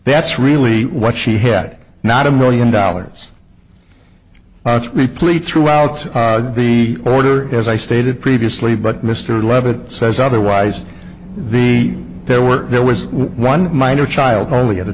that's really what she had not a million dollars not replete throughout the order as i stated previously but mr leavitt says otherwise the there were there was one minor child only at